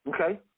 Okay